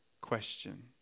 question